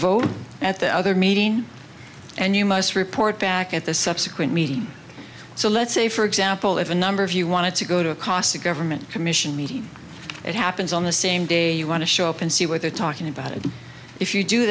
vote at the other meeting and you must report back at the subsequent meeting so let's say for example if a number of you wanted to go to a casa government commission meeting that happens on the same day you want to show up and see what they're talking about it if you do